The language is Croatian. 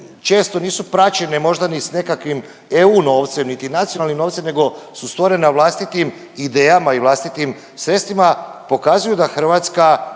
često nisu praćene možda ni s nekakvim eu novcem niti s nacionalnim novcem nego su stvorena vlastitim idejama i vlastitim sredstvima pokazuju da Hrvatska